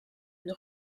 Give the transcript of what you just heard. une